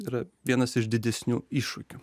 yra vienas iš didesnių iššūkių